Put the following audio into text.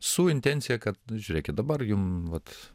su intencija kad žiūrėkit dabar jum vat